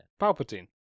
Palpatine